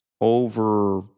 over